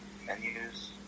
menus